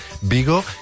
Vigo